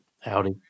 Howdy